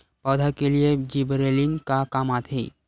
पौधा के लिए जिबरेलीन का काम आथे?